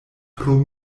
pro